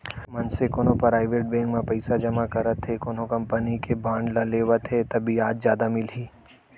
मनसे कोनो private bank म पइसा जमा करत हे कोनो कंपनी के बांड ल लेवत हे ता बियाज जादा मिलही